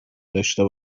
داشته